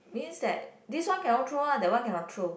means that this one cannot throw one or that one cannot throw